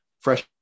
Fresh